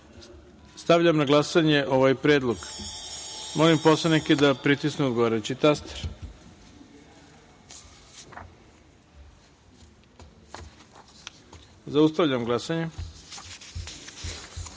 sudova. Stavljam na glasanje ovaj predlog. Molim poslanike da pritisnu odgovarajući taster. Zaustavljam glasanje. Ukupno